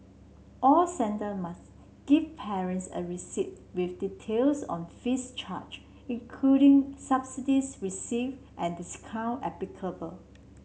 all centre must give parents a receipt with details on fees charged including subsidies received and discount applicable